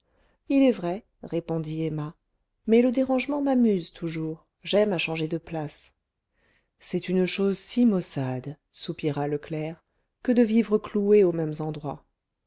il est vrai répondit emma mais le dérangement m'amuse toujours j'aime à changer de place c'est une chose si maussade soupira le clerc que de vivre cloué aux mêmes endroits